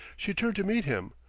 she turned to meet him,